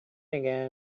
again